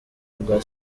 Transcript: rwa